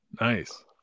nice